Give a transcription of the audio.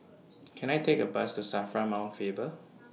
Can I Take A Bus to SAFRA Mount Faber